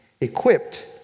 equipped